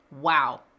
wow